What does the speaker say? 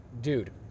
dude